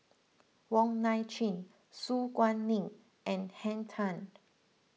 Wong Nai Chin Su Guaning and Henn Tan